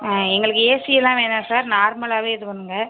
ஆ எங்களுக்கு ஏசியெல்லாம் வேணாம் சார் நார்மலாகவே இது பண்ணுங்கள்